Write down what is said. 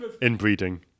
inbreeding